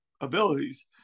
abilities